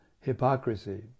hypocrisy